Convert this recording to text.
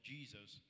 Jesus